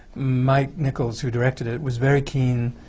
mike nichol's who directed it was very keen